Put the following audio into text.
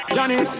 Johnny